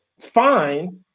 fine